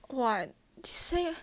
!wah! you say